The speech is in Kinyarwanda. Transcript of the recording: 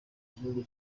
igihugu